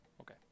Okay